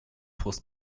frust